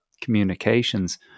communications